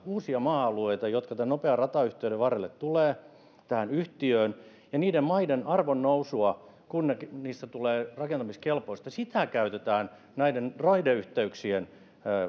uusia maa alueita jotka tämän nopean ratayhteyden varrelle tulevat tähän yhtiöön ja niiden maiden arvonnousua kun niistä tulee rakentamiskelpoista käytetään näiden raideyhteyksien